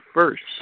first